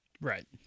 right